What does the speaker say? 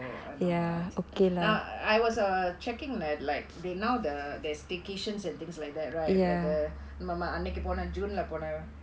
I know lah நா:naa I was uh checking like they now the there's staycations and things like that whether நம்ம அன்னைக்கு போனோமே:namma annaikku ponomae june போனோம்:ponom